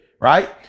Right